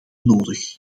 nodig